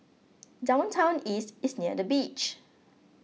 Downtown East is near the beach